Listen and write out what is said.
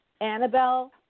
Annabelle